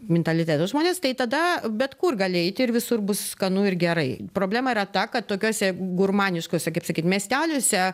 mentaliteto žmonės tai tada bet kur gali eiti ir visur bus skanu ir gerai problema yra ta kad tokiuose gurmaniškuose kaip sakyt miesteliuose